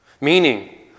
Meaning